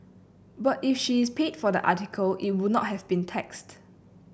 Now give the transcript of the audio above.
but if she is paid for the article it would not have been taxed